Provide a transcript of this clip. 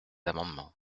amendements